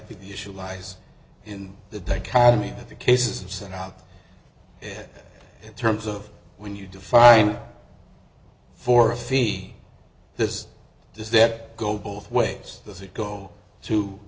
think the issue lies in the dichotomy that the cases are sent out it terms of when you define for a fee this does that go both ways does it go to